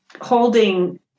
holding